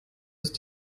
ist